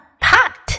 Pot